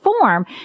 Form